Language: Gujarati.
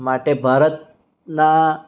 માટે ભારતના